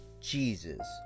Jesus